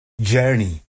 journey